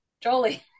Jolie